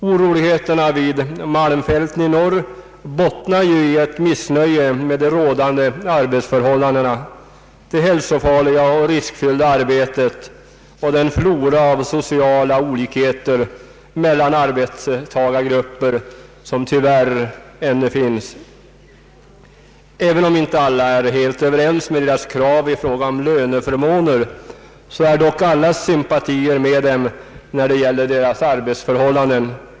Oroligheterna vid malmfälten i norr bottnar ju i missnöje med de rådande arbetsförhållandena, det hälsofarliga och riskfyllda arbetet och den flora av sociala olikheter mellan arbetstagargrupper som tyvärr ännu finns. Även om inte alla är helt överens med gruvarbetarna i fråga om deras krav på löneförmåner så är dock allas sympatier med dem när det gäller arbetsförhållandena.